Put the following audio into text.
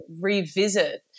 revisit